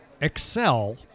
excel